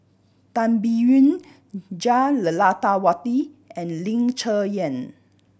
Tan Biyun Jah Lelawati and Ling Cher Eng